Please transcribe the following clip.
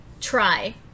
try